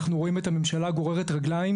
אנחנו רואים את הממשלה גוררת רגליים